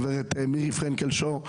גב' מירי פרנקל שור,